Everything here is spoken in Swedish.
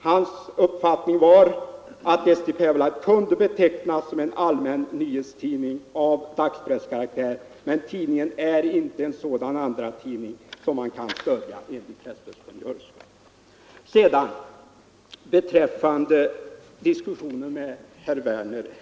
Hans uppfattning var att Eesti Päevaleht kunde betecknas som en allmän nyhetstidning av dagspresskaraktär men att tidningen inte är en sådan andratidning som kan stödjas enligt presstödkungörelsen.